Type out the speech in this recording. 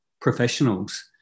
professionals